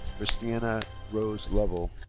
christiana rose lovell.